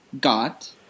got